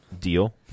Deal